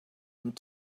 and